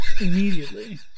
Immediately